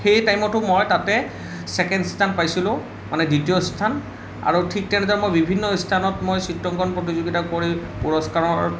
সেই টাইমতো মই তাতে ছেকেণ্ড স্থান পাইছিলোঁ মানে দ্বিতীয় স্থান আৰু ঠিক তেনেদৰে মই বিভিন্ন স্থানত মই চিত্ৰাংকন প্ৰতিযোগিতা কৰি পুৰস্কাৰৰ